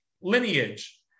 lineage